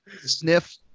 sniff